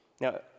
Now